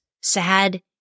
sad